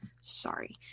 sorry